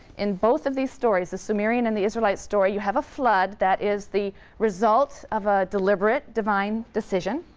in both of these stories, the sumerian and the israelite story, you have a flood that is the result of a deliberate divine decision